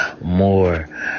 More